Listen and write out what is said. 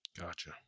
Gotcha